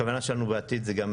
הכוונה שלנו בעתיד זה גם